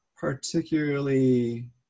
particularly